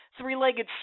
three-legged